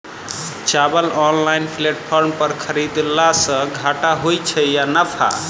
चावल online platform पर खरीदलासे घाटा होइ छै या नफा?